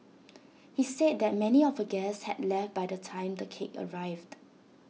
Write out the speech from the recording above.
she said that many of her guests had left by the time the cake arrived